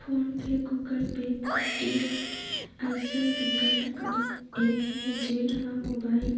phone pay, Google pay, Paytm अइसन बिकट कर ऐप हे जेन ह मोबाईल